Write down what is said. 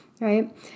Right